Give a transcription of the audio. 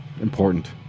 important